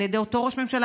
על ידי אותו ראש ממשלה,